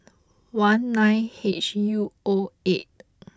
one nine H U O eight